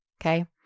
okay